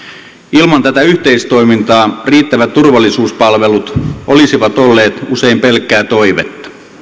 ilman tätä yhteistoimintaa riittävät turvallisuuspalvelut olisivat olleet usein pelkkää toivetta